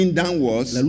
downwards